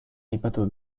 aipatu